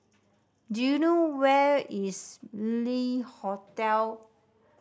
do you know where is Le Hotel